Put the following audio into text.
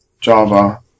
Java